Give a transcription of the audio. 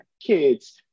kids